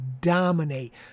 dominate